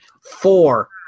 Four